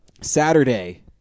Saturday